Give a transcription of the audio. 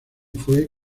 fue